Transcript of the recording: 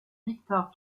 viktor